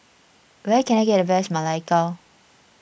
where can I get the best Ma Lai Gao